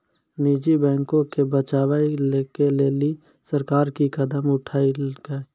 निजी बैंको के बचाबै के लेली सरकार कि कदम उठैलकै?